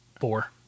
Four